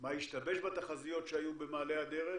מה השתבש בתחזיות שהיו במעלה הדרך,